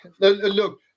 Look